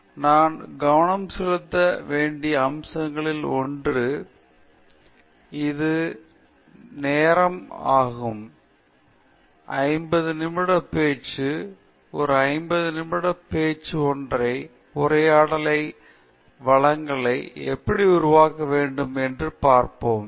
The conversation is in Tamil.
எனவே நாம் கவனம் செலுத்த வேண்டிய அம்சங்களில் ஒன்று நேரம் இது ஒரு ஐம்பது நிமிட பேச்சு ஒரு ஐம்பது நிமிட ஒற்றை உரையாடலாக ஒரு வழங்கலை எப்படி உருவாக்க வேண்டுமென்பதை நோக்கமாகக் கொண்டது இந்த பேச்சுவார்த்தை மூலம் நாம் எப்படி நம்மை நன்கு கவனிப்போம் என்று பார்ப்போம்